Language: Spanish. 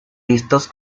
vistos